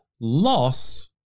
loss